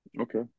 Okay